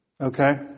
Okay